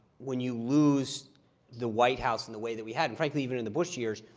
when you lose the white house in the way that we had and frankly, even in the bush years,